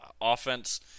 offense